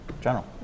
General